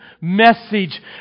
message